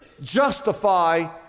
justify